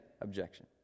objection